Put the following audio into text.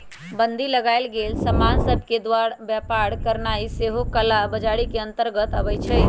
बन्दी लगाएल गेल समान सभ के व्यापार करनाइ सेहो कला बजारी के अंतर्गत आबइ छै